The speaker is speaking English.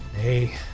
Hey